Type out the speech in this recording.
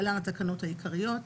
התשפ"א-2021 (להלן, התקנות העיקריות),